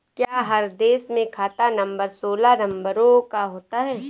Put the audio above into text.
क्या हर देश में खाता नंबर सोलह नंबरों का होता है?